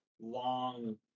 long